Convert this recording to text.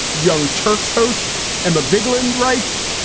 young turks host emma vigeland writes,